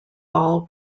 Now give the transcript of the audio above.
ball